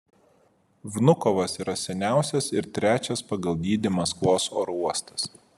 vnukovas yra seniausias ir trečias pagal dydį maskvos oro uostas